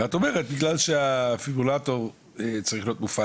ואת אומרת בגלל שדפיברילטור צריך להיות מופעל